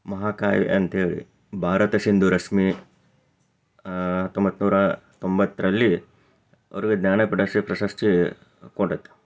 ಮಹಾಕಾವ್ಯ ಅಂತ್ಹೇಳಿ ಭಾರತ ಸಿಂಧು ರಶ್ಮಿ ಹತ್ತೊಂಬತ್ತ ನೂರ ತೊಂಬತ್ತರಲ್ಲಿ ಅವರಿಗೆ ಜ್ಞಾನಪೀಠ ಪ್ರಶಸ್ತಿ ಕೊಟ್ಟೈತೆ